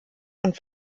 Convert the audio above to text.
und